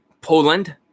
Poland